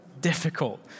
difficult